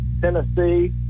Tennessee